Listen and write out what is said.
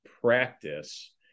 practice